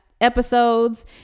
episodes